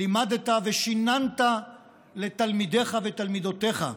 לימדת ושיננת לתלמידיך ותלמידותיך.